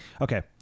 Okay